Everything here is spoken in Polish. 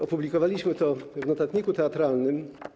Opublikowaliśmy to w „Notatniku Teatralnym”